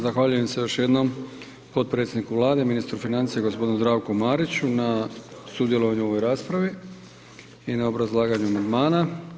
Zahvaljujem se još jednom potpredsjedniku Vlade, ministru financija g. Zdravku Mariću na sudjelovanju u ovoj raspravi i na obrazlaganju amandmana.